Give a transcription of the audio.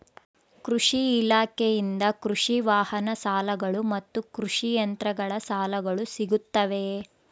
ಕೃಷಿ ಇಲಾಖೆಯಿಂದ ಕೃಷಿ ವಾಹನ ಸಾಲಗಳು ಮತ್ತು ಕೃಷಿ ಯಂತ್ರಗಳ ಸಾಲಗಳು ಸಿಗುತ್ತವೆಯೆ?